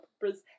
purpose